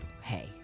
hey